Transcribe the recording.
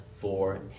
four